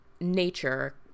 nature